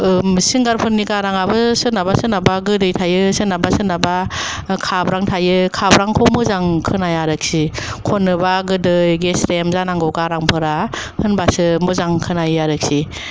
ओ सिंगारफोरनि गाराङाबो सोरनाबा सोरनाबा गोदै थायो सोरनाबा सोरनाबा ओ खाब्रां थायो खाब्रांखौ मोजां खोनाया आरोखि खननोब्ला गोदै गेस्रेम जानांगौ गारांफोरा होनबासो मोजां खोनायो आरोखि